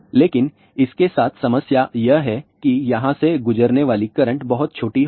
लेकिन इसके साथ समस्या यह है कि यहां से गुजरने वाली करंट बहुत छोटी होगी